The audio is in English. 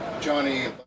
Johnny